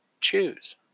choose